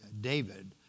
David